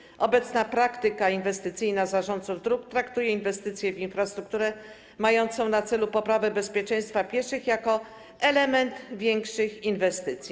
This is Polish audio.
Zgodnie z obecną praktyką inwestycyjną zarządców dróg traktuje się inwestycje w infrastrukturę mającą na celu poprawę bezpieczeństwa pieszych jako element większych inwestycji.